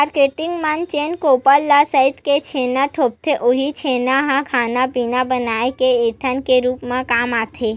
marketing मन जेन गोबर ल सइत के छेना थोपथे उहीं छेना ह खाना पिना बनाए के ईधन के रुप म काम आथे